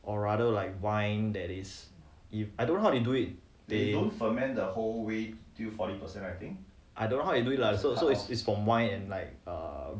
or rather like wine that is if I don't know how they do it I don't know how they do it lah so so is is from wine and like err